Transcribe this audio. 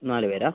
നാല് പേരാണോ